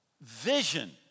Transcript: vision